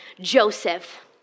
Joseph